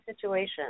situation